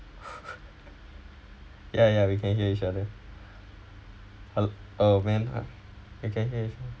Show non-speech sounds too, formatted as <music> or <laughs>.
<laughs> ya ya we can hear each other hel~ oh man I can hear you